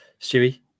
Stewie